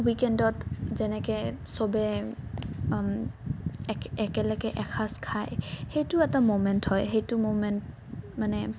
ৱিকেণ্ডত যেনেকৈ চবেই একে একেলেগে এসাঁজ খাই সেইটো এটা ম'মেণ্ট হয় সেইটো ম'মেণ্ট মানে